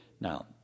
Now